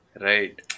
Right